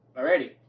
Alrighty